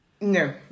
No